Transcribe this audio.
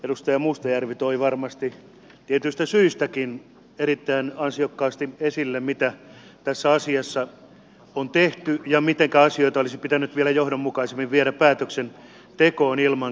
edustaja mustajärvi toi varmasti tietyistä syistäkin erittäin ansiokkaasti esille mitä tässä asiassa on tehty ja mitenkä asioita olisi pitänyt vielä johdonmukaisemmin viedä päätöksentekoon ilman katkoksia